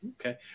Okay